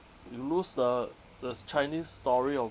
you lose the there's chinese story of